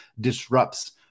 disrupts